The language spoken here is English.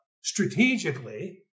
strategically